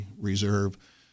reserve